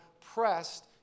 pressed